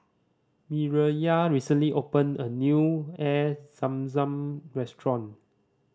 Mireya recently opened a new Air Zam Zam restaurant